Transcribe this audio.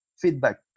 feedback